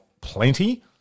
plenty